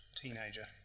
teenager